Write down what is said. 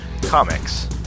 comics